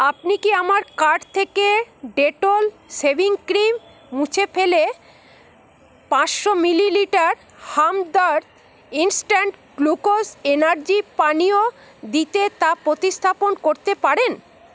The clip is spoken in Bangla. আপনি কি আমার কার্ট থেকে ডেটল শেভিং ক্রিম মুছে ফেলে পাঁচশো millilitre Hamdard instant glucose energy পানীয় দিতে তা প্রতিস্থাপন করতে পারেন